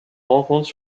rencontre